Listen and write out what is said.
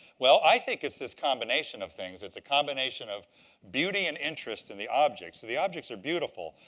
well, i think it's this combination of things. it's a combination of beauty and interest in the objects. the objects are beautiful,